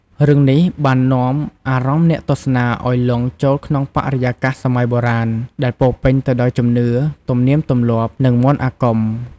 រឿងនេះបាននាំអារម្មណ៍អ្នកទស្សនាឱ្យលង់ចូលក្នុងបរិយាកាសសម័យបុរាណ ដែលពោរពេញទៅដោយជំនឿ ទំនៀមទម្លាប់ និងមន្តអាគម។